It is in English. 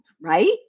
right